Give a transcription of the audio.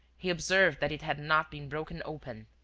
he observed that it had not been broken open.